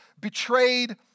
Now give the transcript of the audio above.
betrayed